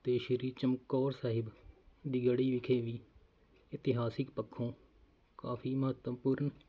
ਅਤੇ ਸ਼੍ਰੀ ਚਮਕੌਰ ਸਾਹਿਬ ਦੀ ਗੜੀ ਵਿਖੇ ਵੀ ਇਤਿਹਾਸਿਕ ਪੱਖੋਂ ਕਾਫੀ ਮਹੱਤਵਪੂਰਨ